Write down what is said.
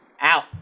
out